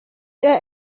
إلى